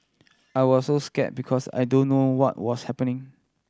I was so scare because I don't know what was happening